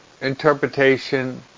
interpretation